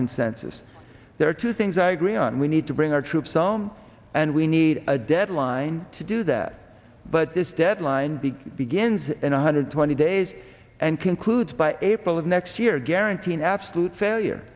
consensus there are two things i agree on we need to bring our troops some and we need a deadline to do that but this deadline big begins in one hundred twenty days and concludes by april of next year guarantee an absolute failure